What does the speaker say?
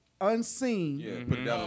unseen